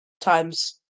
times